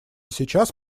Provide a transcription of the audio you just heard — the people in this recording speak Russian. сейчас